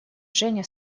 женя